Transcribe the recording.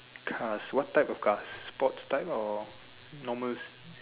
cars what type of cars sports type or normals